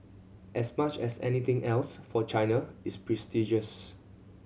as much as anything else for China it's prestigious